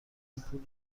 پول